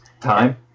Time